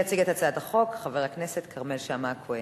יציג את הצעת החוק חבר הכנסת כרמל שאמה-הכהן,